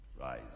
Rise